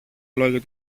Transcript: λόγια